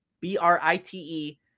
b-r-i-t-e